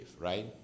right